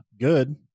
good